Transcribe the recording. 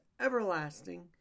everlasting